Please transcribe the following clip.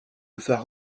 phare